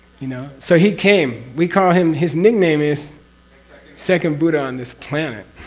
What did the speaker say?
you know? so, he came, we call him, his nickname is second buddha on this planet,